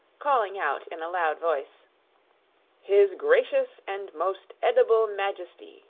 calling out in a loud voice his gracious and most edible majesty,